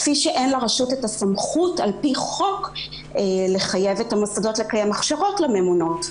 כפי שאין לרשות סמכות על פי חוק לחייב את המוסדות לקיים הכשרות לממונות.